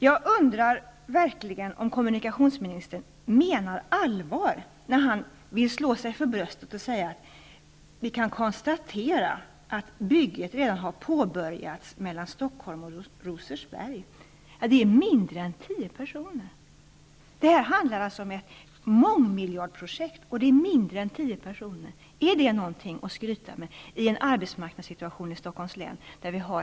Jag undrar verkligen om kommunikationsministern menar allvar när han slår sig för bröstet och gör följande uttalande: Vi kan konstatera att bygget redan har påbörjats mellan Stockholm och Rosersberg. Det är mindre än tio personer som är sysselsatta med detta. Det handlar om ett mångmiljardprojekt, men mindre än tio personer arbetar med det. Är det någonting att skryta med i en arbetsmarknadssituation i Stockholms län där